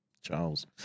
Charles